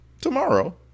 tomorrow